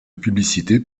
publicités